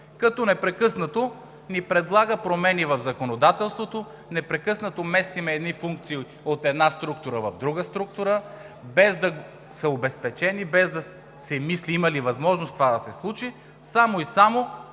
като непрекъснато ни предлага промени в законодателството, непрекъснато мести функции от една структура в друга, без да са обезпечени, без да се мисли има ли възможност това да се случи, само и само